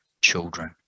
children